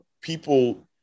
people